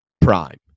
prime